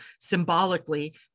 symbolically